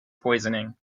poisoning